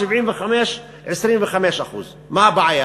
75% 25%. מה הבעיה?